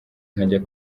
nkajya